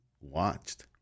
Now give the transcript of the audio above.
watched